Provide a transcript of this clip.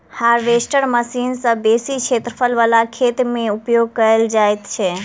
harvester machine सॅ बेसी क्षेत्रफल बला खेत मे उपयोग कयल जाइत छै